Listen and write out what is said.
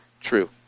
true